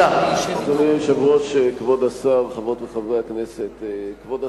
אדוני היושב-ראש, חברות וחברי הכנסת, כבוד השר,